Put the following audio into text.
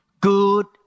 good